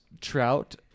trout